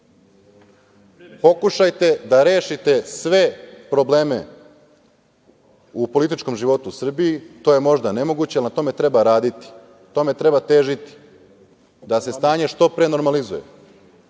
pokušajte da rešite sve probleme u političkom životu u Srbiji. To je možda nemoguće ali na tome treba raditi, tome treba težiti da se stanje što pre normalizuje. Ako